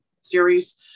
series